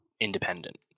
independent